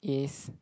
is